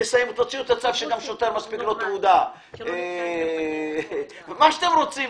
תוציאו את הצו שלשוטר מספיקה תעודה ומה שאתם רוצים,